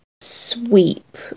sweep